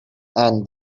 and